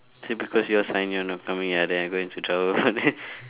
say because you all sign you all not coming ah then I got into trouble for that